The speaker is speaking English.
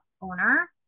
owner